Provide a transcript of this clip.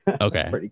Okay